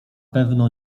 pewno